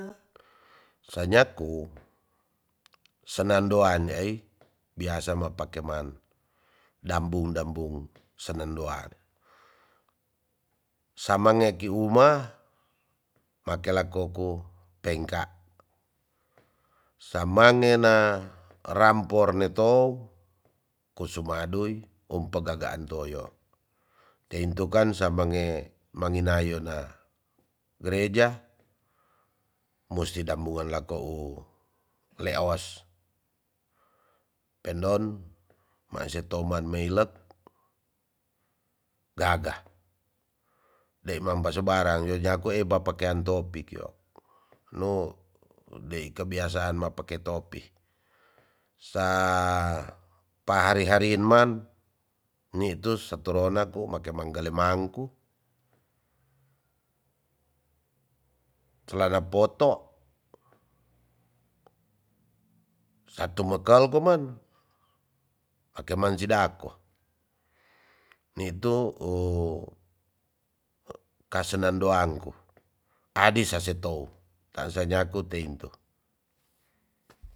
Sanyaku sanado anyai biasa ma pake man dambung dambung senando ang samange ki uma makulako ku pengka samangena rampor netou kusumaduy um pegegaan toyo teintu kan samnge mangina yona gereja musi dambuan lakou leawas pendon maisetoman melek gaga dei mampa sebarang nyonyaku e bapakean topi kio nu dei kebiasaan ma pake topi sa pa hari hari man nitu setorona ku make manggale mangku celana poto satu mekel koman akeman sidako nitu u kasenando angku adi sa setow tansa nyaku teintu